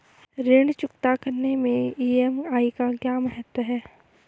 ऋण चुकता करने मैं ई.एम.आई का क्या महत्व है?